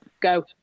go